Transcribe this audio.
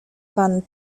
pan